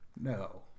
No